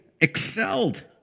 excelled